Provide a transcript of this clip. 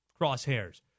crosshairs